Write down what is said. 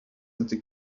into